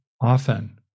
often